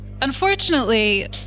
unfortunately